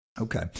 Okay